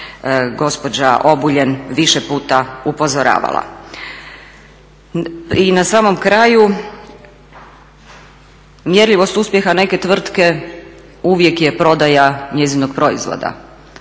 gospođa Obuljen više puta upozoravala. I na samom kraju, mjerljivost uspjeha neke tvrtke uvijek je prodaja njezinog proizvod.